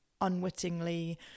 unwittingly